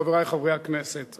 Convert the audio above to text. חברי חברי הכנסת,